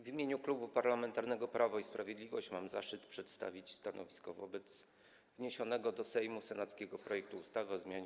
W imieniu Klubu Parlamentarnego Prawo i Sprawiedliwość mam zaszczyt przedstawić stanowisko wobec wniesionego do Sejmu senackiego projektu ustawy o zmianie